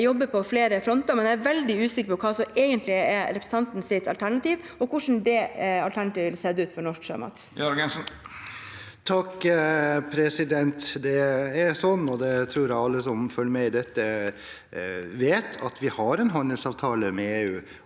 man jobbe på flere fronter, men jeg er veldig usikker på hva som egentlig er representantens alternativ, og hvordan det alternativet ville ha sett ut for norsk sjømat. Geir Jørgensen (R) Det er sånn – og det tror jeg alle som følger med i dette, vet – at vi har en handelsavtale med EU